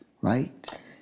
right